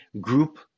group